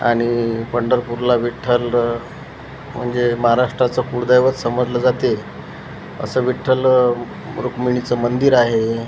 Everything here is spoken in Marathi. आणि पंढरपूरला विठ्ठल म्हणजे महाराष्ट्राचा कुलदैवत समजलं जाते असे विठ्ठल रुक्मिणीचं मंदिर आहे